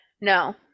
No